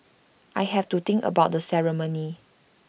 I have to think about the ceremony